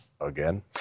again